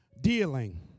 Dealing